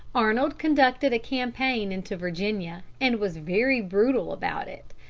arnold conducted a campaign into virginia, and was very brutal about it,